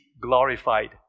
glorified